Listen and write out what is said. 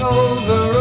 over